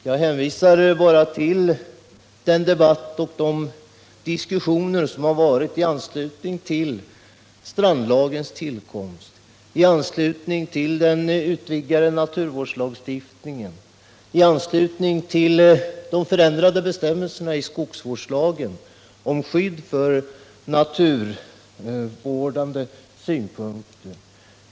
Jag hänvisar bara till den debatt och de diskussioner som varit i anslutning till strandlagens tillkomst, i anslutning till den utvidgade naturvårdslagstiftningen och i anslutning till de förändrade bestämmelserna i skogsvårdslagen om skydd för naturvårdande synpunkter.